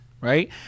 right